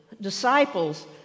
disciples